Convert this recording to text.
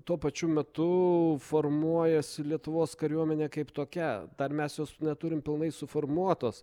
tuo pačiu metu formuojasi lietuvos kariuomenė kaip tokia dar mes jos neturim pilnai suformuotos